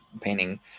painting